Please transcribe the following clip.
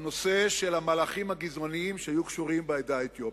בנושא המהלכים הגזעניים שהיו קשורים בעדה האתיופית.